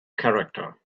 character